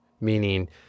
meaning